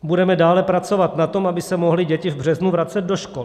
Budeme dále pracovat na tom, aby se mohly děti v březnu vracet do škol.